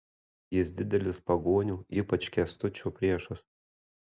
jis didelis pagonių ypač kęstučio priešas